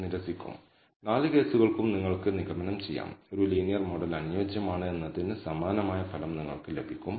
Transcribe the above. എന്നിരുന്നാലും β̂₀ ന്റെ expected value β0 ആയിരിക്കുമെന്ന് എററുകളെക്കുറിച്ച് നമ്മൾ നടത്തിയ അനുമാനത്തെ അടിസ്ഥാനമാക്കി നമുക്ക് തെളിയിക്കാനാകും